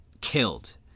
killed